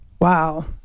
Wow